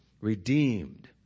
redeemed